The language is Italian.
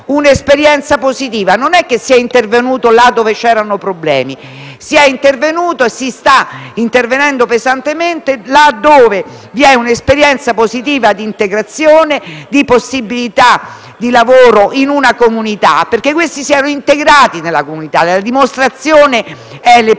un'esperienza positiva. Non si è intervenuti laddove c'erano dei problemi, ma si è intervenuti e si sta intervenendo pesantemente laddove vi è un'esperienza positiva di integrazione, di possibilità di lavoro in una comunità, perché queste persone si erano integrate nella comunità e ne sono dimostrazione le proteste